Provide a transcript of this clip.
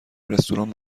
رستوران